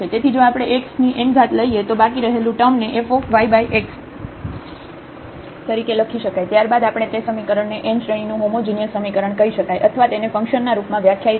તેથી જો આપણે આ xn લઈએ તો બાકી રહેલું ટર્મ ને fyx તરીકે લખી શકાય ત્યારબાદ આપણે તે સમીકરણ ને n શ્રેણીનું હોમોજિનિયસ સમીકરણ કહી શકાય અથવા તેને ફંક્શન ના રૂપમાં વ્યાખ્યાયિત કરી શકાય